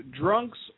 drunks